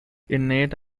innate